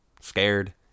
Scared